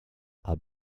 are